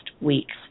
week's